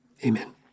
Amen